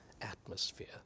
atmosphere